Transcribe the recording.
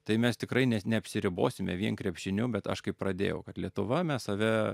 tai mes tikrai ne neapsiribosime vien krepšiniu bet aš kai pradėjau kad lietuva mes save